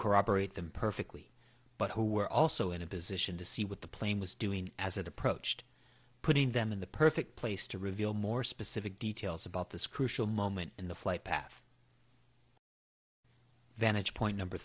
corroborate the perfectly but who were also in a position to see what the plane was doing as it approached putting them in the perfect place to reveal more specific details about this crucial moment in the flight path vantage point number